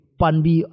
panbi